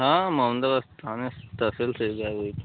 हँ मोमड़ाबाद थाने तहसील से ही गायब हुई थी